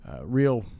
real